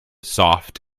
soft